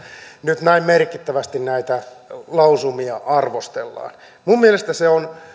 nyt näin merkittävästi näitä lausumia arvostellaan minun mielestäni se on